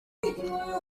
costello